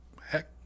heck